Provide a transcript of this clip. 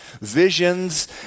visions